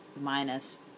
minus